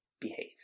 behave